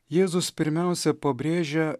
jėzus pirmiausia pabrėžia